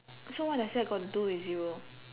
so what does that got to do with zero